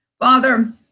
Father